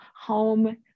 home